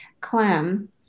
Clem